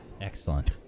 Excellent